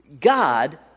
God